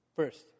First